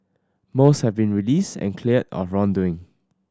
most have been released and cleared of wrongdoing